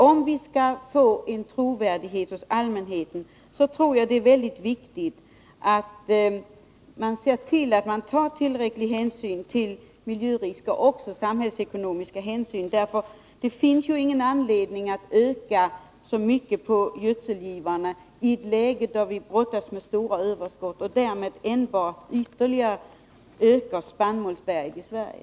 Om vi skall bli trovärdiga hos allmänheten tror jag att det är mycket viktigt att vi ser till att man tar tillräcklig hänsyn till miljörisker, och också till samhällsekonomin. Det finns ingen anledning att öka gödselgivorna så mycket i ett läge då vi brottas med stora överskott. Därmed skulle vi enbart ytterligare spä på spannmålsberget i Sverige.